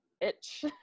itch